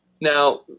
Now